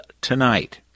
tonight